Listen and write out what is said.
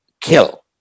kill